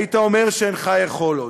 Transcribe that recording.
היית אומר שאינך יכול עוד.